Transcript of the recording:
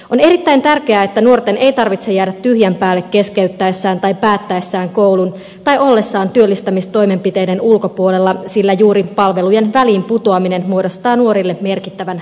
on erittäin tärkeää että nuorten ei tarvitse jäädä tyhjän päälle keskeyttäessään tai päättäessään koulun tai ollessaan työllistämistoimenpiteiden ulkopuolella sillä juuri palvelujen väliin putoaminen muodostaa nuorille merkittävän riskitekijän